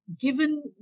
Given